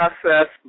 process